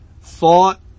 thought